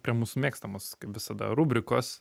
prie mūsų mėgstamos kaip visada rubrikos